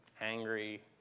angry